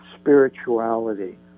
spirituality